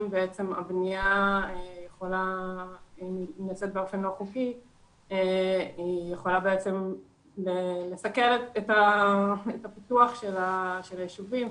הבניה שנעשית באופן לא חוקי יכולה לסכל את הפיתוח של הישובים,